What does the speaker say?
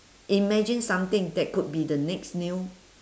imagine something that could be the next new